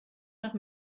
nach